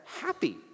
happy